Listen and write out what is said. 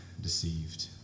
deceived